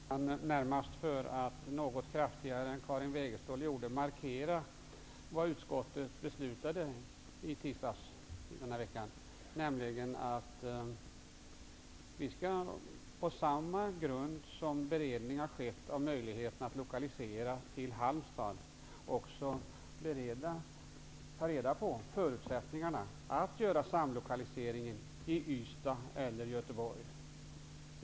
Fru talman! Jag begärde replik närmast för att något kraftigare än Karin Wegestål gjorde markera vad utskottet beslutade i tisdags denna vecka, nämligen att vi skall på samma grund som beredning har skett av möjligheten att lokalisera till Halmstad också ta reda på förutsättningarna att göra samlokaliseringen i Ystad eller Göteborg.